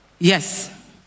Yes